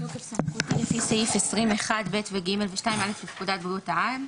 בתוקף סמכותי לפי סעיף 20(1)(ב) ו-(ג) ו-(2)(א) לפקודת בריאות העם,